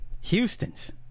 Houston's